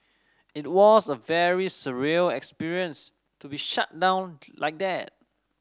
it was a very surreal experience to be shut down like that